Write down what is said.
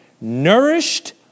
Nourished